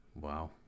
Wow